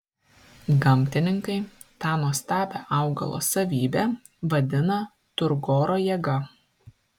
gamtininkai tą nuostabią augalo savybę vadina turgoro jėga